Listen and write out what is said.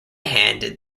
handed